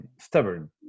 stubborn